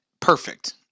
perfect